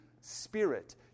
spirit